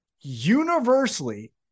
Universally